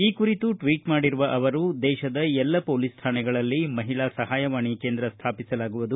ಈ ಕುರಿತು ಟ್ವೀಟ್ ಮಾಡಿರುವ ಅವರು ದೇಶದ ಎಲ್ಲ ಹೊಲೀಸ್ ಶಾಣೆಗಳಲ್ಲಿ ಮಹಿಳಾ ಸಹಾಯವಾಣಿ ಕೇಂದ್ರ ಸ್ಥಾಪಿಸಲಾಗುವುದು